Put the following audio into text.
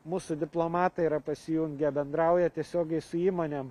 mūsų diplomatai yra pasijungę bendrauja tiesiogiai su įmonėm